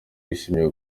yishimiye